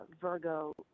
Virgo